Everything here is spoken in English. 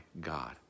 God